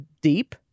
deep